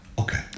okay